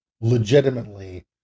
legitimately